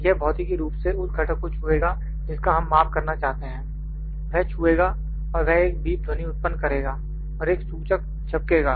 यह भौतिकी रूप से उस घटक को छुएगा जिसका हम माप करना चाहते हैं वह छुएगा और वह एक बीप ध्वनि उत्पन्न करेगा और एक सूचक झपकेगा